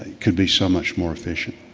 can be so much more efficient.